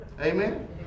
Amen